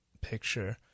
picture